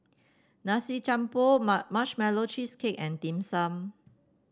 Nasi Campur Marshmallow Cheesecake and Dim Sum